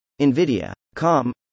NVIDIA.com